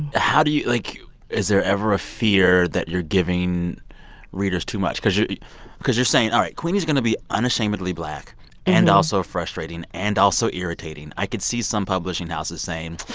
ah how do you, like is there ever a fear that you're giving readers too much? because you're because you're saying, all right. queenie's going to be unashamedly black and also frustrating and also irritating. i could see some publishing houses saying,